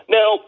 Now